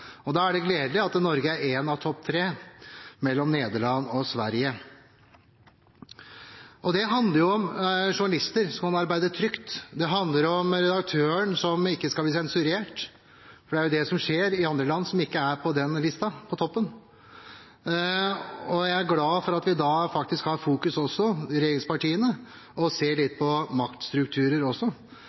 land. Da er det gledelig at Norge er en av topp 3 – mellom Nederland og Sverige. Det handler om journalister som kan arbeide trygt, det handler om redaktøren som ikke skal bli sensurert – for det er jo det som skjer i andre land, som ikke er på toppen av den lista. Jeg er glad for at vi i regjeringspartiene da faktisk fokuserer på og ser litt på maktstrukturer også,